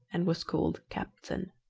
and was called captain.